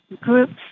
groups